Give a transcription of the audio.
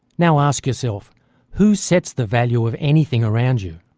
now ask yourself who sets the value of anything around you.